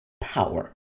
Power